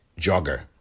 jogger